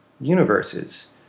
universes